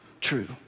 true